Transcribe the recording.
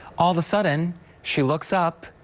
all of a sudden she looks up.